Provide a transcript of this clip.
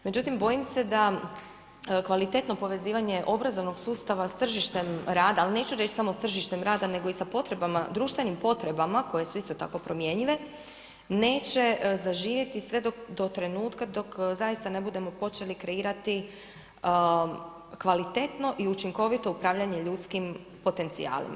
Međutim, bojim se da kvalitetno povezivanja obrazovnog sustava s tržištem rada, ali neću reći samo s tržištem rada, nego i sa potrebama, društvenim potrebama koje su isto tako promjenjive, neće zaživjeti, sve dok, do trenutka, zaista ne budemo počeli kreirati, kvalitetno i učinkovito upravljanje ljudskim potencijalima.